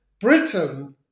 Britain